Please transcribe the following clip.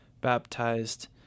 baptized